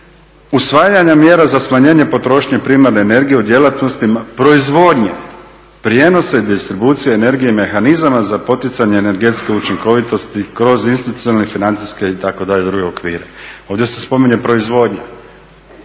"usvajanja mjera za smanjenje potrošnje primarne energije u djelatnostima proizvodnje, prijenosa i distribucije energije mehanizama za poticanje energetske učinkovitosti kroz institucionalne, financijske itd. druge okvire". Ovdje se spominje proizvodnja,